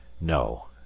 No